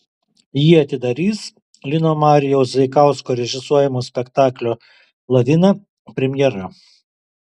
jį atidarys lino marijaus zaikausko režisuojamo spektaklio lavina premjera